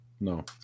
No